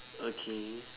okay